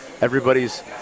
Everybody's